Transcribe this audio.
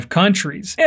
countries